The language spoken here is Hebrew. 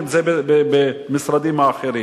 אם זה במשרדים האחרים.